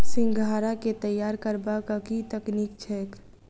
सिंघाड़ा केँ तैयार करबाक की तकनीक छैक?